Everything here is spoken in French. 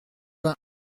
vingt